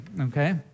Okay